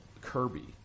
Kirby